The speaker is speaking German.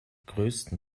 größten